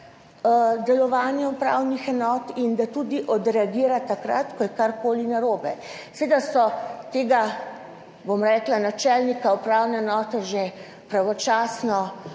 delovanja upravnih enot in da tudi odreagira takrat, ko je karkoli narobe. Seveda so tega, bom rekla, načelnika upravne enote že pravočasno,